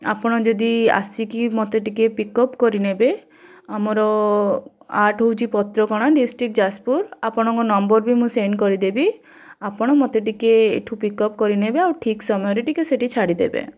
ଆପଣ ଯଦି ଆସିକି ମୋତେ ଟିକେ ପିକ୍ ଅପ୍ କରିନେବେ ଆମର ଆର୍ଟ ହେଉଛି ପଦ୍ରକଣା ଡିଷ୍ଟ୍ରିକ୍ଟ ଯାଜପୁର ଆପଣଙ୍କୁ ନମ୍ବର ବି ମୁଁ ସେଣ୍ଡ କରିଦେବି ଆପଣ ମୋତେ ଟିକେ ଏଠୁ ପିକ୍ ଅପ୍ କରିନେବେ ଆଉ ଠିକ୍ ସମୟରେ ଟିକେ ସେଠି ଛାଡ଼ିଦେବେ